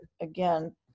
again